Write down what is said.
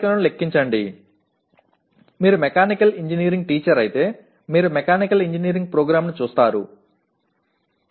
நீங்கள் ஒரு இயந்திர பொறியியல் ஆசிரியராக இருந்தால் ஒரு இயந்திர பொறியியல் திட்டத்தைப் பாருங்கள்